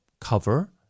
cover